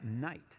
night